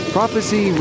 Prophecy